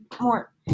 more